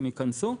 אם ייכנסו.